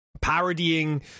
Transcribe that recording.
parodying